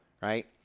Right